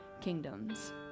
kingdoms